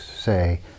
say